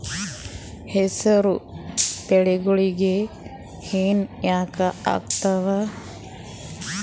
ಹೆಸರು ಬೆಳಿಗೋಳಿಗಿ ಹೆನ ಯಾಕ ಆಗ್ತಾವ?